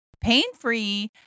pain-free